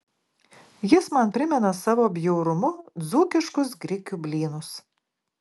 jis man primena savo bjaurumu dzūkiškus grikių blynus